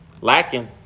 lacking